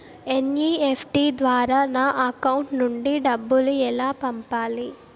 NEFT ద్వారా నా account నుండి డబ్బులు ఎలా పంపాలి